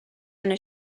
under